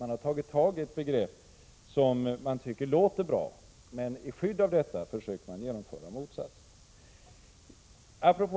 Man har tagit tag i ett begrepp som man tycker låter bra, och i skydd av detta försöker man genomföra dess motsats.